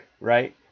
right